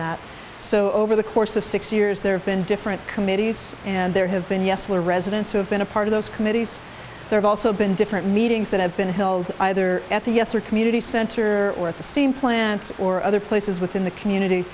that so over the course of six years there have been different committees and there have been yesler residents who have been a part of those committees they've also been different meetings that have been held either at the us or community center or at the steam plant or other places within the community